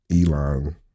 Elon